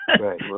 Right